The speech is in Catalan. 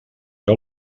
que